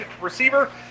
receiver